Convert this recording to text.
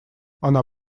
она